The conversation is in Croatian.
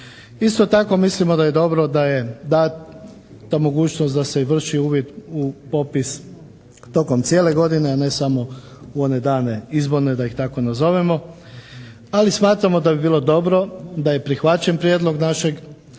Isto tako mislimo da je dobro da je dana mogućnost da se i vrši uvid u popis tokom cijele godine, a ne samo u one dane izborne, da ih tako nazovemo. Ali smatramo da bi bilo dobro da je prihvaćen prijedlog našeg